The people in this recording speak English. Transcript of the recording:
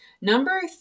number